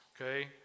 okay